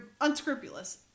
unscrupulous